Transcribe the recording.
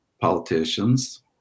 politicians